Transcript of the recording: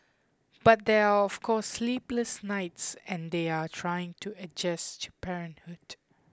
but there are of course sleepless nights and they are trying to adjust to parenthood